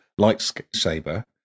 lightsaber